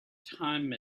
time